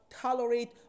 tolerate